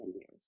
years